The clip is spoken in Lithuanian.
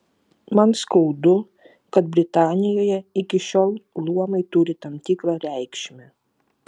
man skaudu kad britanijoje iki šiol luomai turi tam tikrą reikšmę